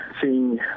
seeing